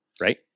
right